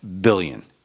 billion